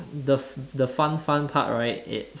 the the fun fun part right it's